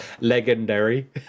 legendary